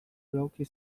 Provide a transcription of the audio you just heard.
rock